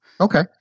Okay